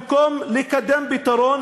במקום לקדם פתרון,